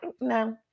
No